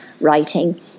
writing